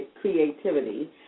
creativity